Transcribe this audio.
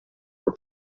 were